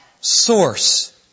source